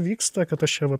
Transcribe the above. vyksta kad aš čia va